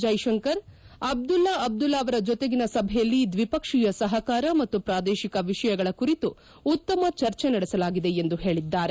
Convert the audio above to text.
ಜೈಶಂಕರ್ ಅಬ್ದುಲ್ಲ ಅಬ್ದುಲ್ಲಾ ಅವರ ಜೊತೆಗಿನ ಸಭೆಯಲ್ಲಿ ದ್ವಿಪಕ್ಷೀಯ ಸಹಕಾರ ಮತ್ತು ಪ್ರಾದೇಶಿಕ ವಿಷಯಗಳ ಕುರಿತು ಉತ್ತಮ ಚರ್ಚೆ ನಡೆಸಲಾಗಿದೆ ಎಂದು ಹೇಳಿದ್ದಾರೆ